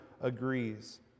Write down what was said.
agrees